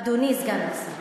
אדוני סגן השר,